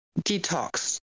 detox